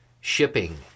shipping